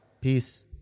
Peace